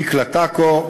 לדקלה טקו,